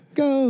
go